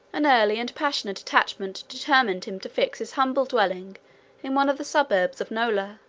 an early and passionate attachment determined him to fix his humble dwelling in one of the suburbs of nola,